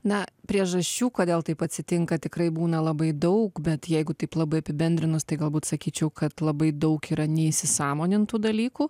na priežasčių kodėl taip atsitinka tikrai būna labai daug bet jeigu taip labai apibendrinus tai galbūt sakyčiau kad labai daug yra neįsisąmonintų dalykų